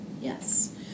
Yes